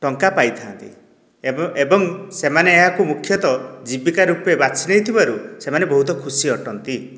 ଟଙ୍କା ପାଇଥାନ୍ତି ଏବଂ ସେମାନେ ଏହାକୁ ମୁଖ୍ୟତଃ ଜୀବିକା ରୂପେ ବାଛି ନେଇଥିବାରୁ ସେମାନେ ବହୁତ ଖୁସି ଅଟନ୍ତି